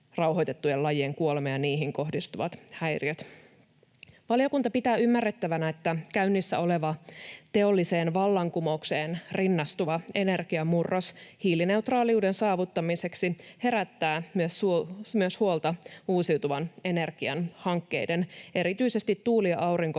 rauhoitettujen lajien kuolema ja niihin kohdistuvat häiriöt. Valiokunta pitää ymmärrettävänä, että käynnissä oleva teolliseen vallankumoukseen rinnastuva energiamurros hiilineutraaliuden saavuttamiseksi herättää myös huolta uusiutuvan energian hankkeiden, erityisesti tuuli- ja aurinkovoimahankkeiden,